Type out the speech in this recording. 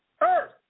Earth